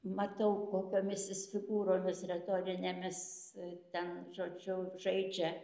matau kokiomis jis figūromis retorinėmis ten žodžiu žaidžia